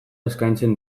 eskaintzen